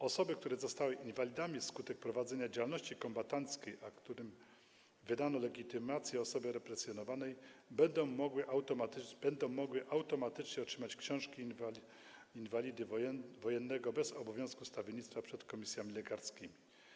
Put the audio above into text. Osoby, które zostały inwalidami wskutek prowadzenia działalności kombatanckiej i którym wydano legitymację osoby represjonowanej, będą mogły automatycznie otrzymać książkę inwalidy wojennego bez obowiązku stawiennictwa przed komisjami lekarskimi.